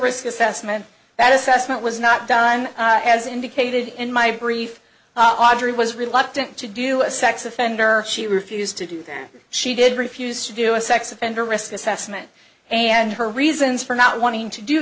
risk assessment that assessment was not done as indicated in my brief audrey was reluctant to do a sex offender she refused to do that she did refuse to do a sigh it's offender risk assessment and her reasons for not wanting to do